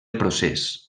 procés